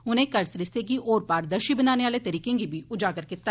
उनें कर सरिस्तें गी होर पारदर्शी बनाने आहले तरीकें गी बी उजागर कीता